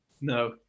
No